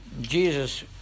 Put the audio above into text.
Jesus